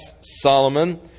Solomon